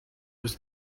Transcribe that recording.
was